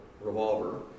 revolver